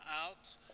out